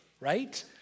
right